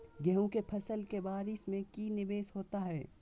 गेंहू के फ़सल के बारिस में की निवेस होता है?